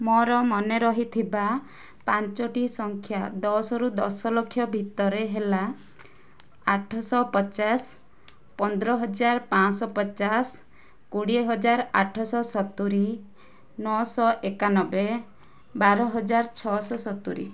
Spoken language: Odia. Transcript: ମୋ'ର ମନେ ରହିଥିବା ପାଞ୍ଚଟି ସଂଖ୍ୟା ଦଶରୁ ଦଶଲକ୍ଷ ଭିତରେ ହେଲା ଆଠଶହ ପଚାଶ ପନ୍ଦର ହଜାର ପାଞ୍ଚଶହ ପଚାଶ କୋଡ଼ିଏ ହଜାର ଆଠଶହ ସତୁରି ନଅଶହ ଏକାନବେ ବାର ହଜାର ଛଅଶହ ସତୁରି